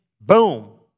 boom